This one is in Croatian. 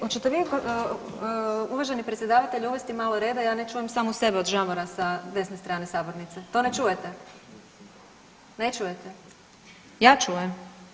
Hoćete vi uvaženi predsjedavatelju uvesti malo reda ja ne čujem samu sebe od žamora sa desne strane sabornice, to ne čujete, ne čujete, ja čujem.